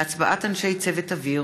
(הצבעת אנשי צוות אוויר),